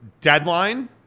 deadline